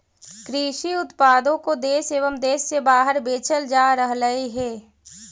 कृषि उत्पादों को देश एवं देश से बाहर बेचल जा रहलइ हे